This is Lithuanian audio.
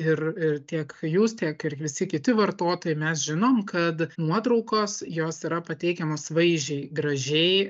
ir ir tiek jūs tiek ir visi kiti vartotojai mes žinom kad nuotraukos jos yra pateikiamos vaizdžiai gražiai